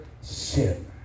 sin